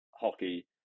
hockey